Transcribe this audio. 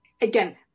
Again